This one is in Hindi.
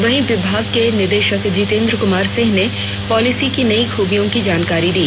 वहीं विभाग के निदेशक जीतेंद्र कुमार सिंह ने पॉलिसी की नई खूबियों की जानकारी दी